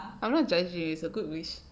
I'm not judging it's a good wish